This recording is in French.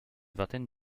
vingtaine